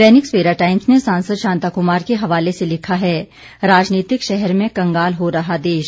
दैनिक Savera Times ने सांसद शांता कुमार के हवाले से लिखा है राजनीतिक शहर में कंगाल हो रहा देश